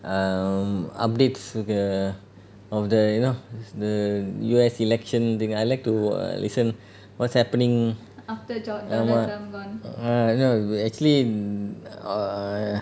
um updates கு:ku of the you know the U_S election thing I like to err listen what's happening err no actually mm err